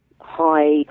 high